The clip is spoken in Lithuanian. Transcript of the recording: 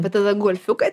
bet tada golfiuką